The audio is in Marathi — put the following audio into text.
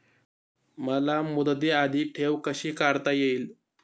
मला मुदती आधी ठेव कशी काढता येईल?